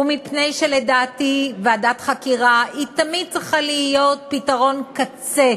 ומפני שלדעתי ועדת חקירה תמיד צריכה להיות פתרון קצה,